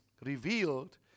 revealed